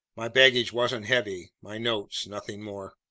my baggage wasn't heavy. my notes, nothing more.